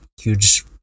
huge